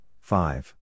five